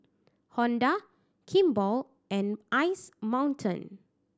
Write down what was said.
Honda Kimball and Ice Mountain